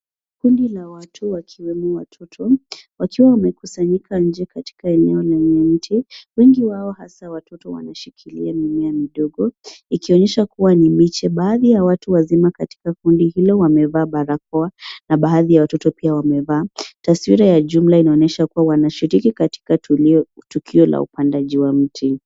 Kundi la watu wakiwemo watoto wakiwa wamekusanyika nje katika eneo lenye miti. Wengi wao hasa watoto wameshikilia mimea midogo ikionyesha kuwa ni miche. Baadhi ya watu wazima katika kundi hilo wamevaa barakoa na baadhi ya watoto pia wamevaa. Taswira ya jumla inaonyesha kuwa wanashiriki katika tukio la upandaji wa miti.